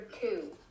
two